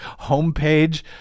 homepage